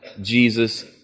Jesus